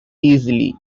easily